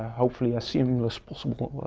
hopefully, a seamingless possible.